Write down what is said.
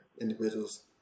individuals